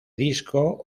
disco